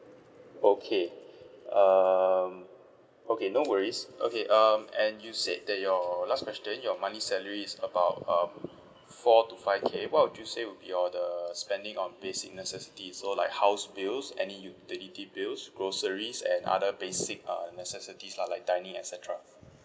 okay um okay no worries okay um and you said that your last question your monthly salary is about um four to five K what would you say will be your the spending on basic necessities so like house bills any utility bills groceries and other basic um necessities lah like dining et cetera